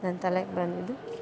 ನನ್ನ ತಲೆಗೆ ಬಂದಿದ್ದು